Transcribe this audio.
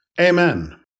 Amen